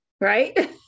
Right